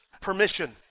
permission